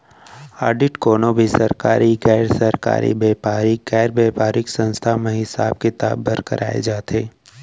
audit कोनो भी सरकारी, गैर सरकारी, बेपारिक, गैर बेपारिक संस्था म हिसाब किताब बर कराए जाथे